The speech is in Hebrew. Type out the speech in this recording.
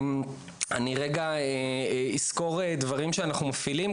אני רגע אסקור דברים שאנחנו מפעילים,